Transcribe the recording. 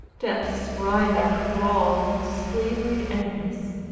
death's writhing thrall, in slavery endless,